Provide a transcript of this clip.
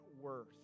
worth